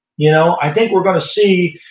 you know i think we're going to see,